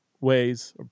ways